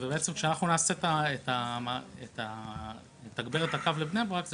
ובעצם כשאנחנו נתגבר את הקו לבני ברק,